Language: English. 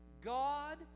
God